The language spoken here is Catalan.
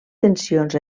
tensions